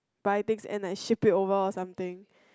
buy things and I shipped it over something